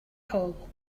hole